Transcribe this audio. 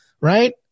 right